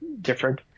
different